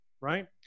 right